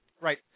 Right